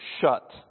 shut